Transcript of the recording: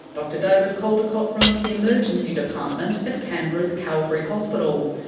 dr david caldicott runs the emergency department at canberra's calvary hospital.